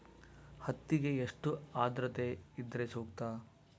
ಹತ್ತಿಗೆ ಎಷ್ಟು ಆದ್ರತೆ ಇದ್ರೆ ಸೂಕ್ತ?